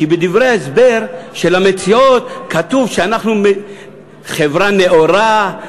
בדברי ההסבר של המציעות כתוב שאנחנו חברה נאורה,